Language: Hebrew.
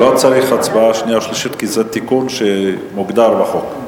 לא צריך הצבעה שנייה ושלישית כי זה תיקון שמוגדר בחוק.